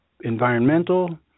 environmental